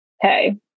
hey